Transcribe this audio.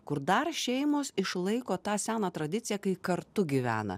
kur dar šeimos išlaiko tą seną tradiciją kai kartu gyvena